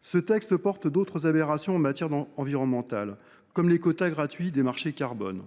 Ce texte contient d’autres aberrations en matière environnementale, comme les quotas gratuits des marchés de carbone.